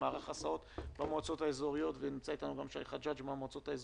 האם יתחיל ב-09:00.